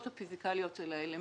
הפיזיקליות של האלמנטים וכדומה.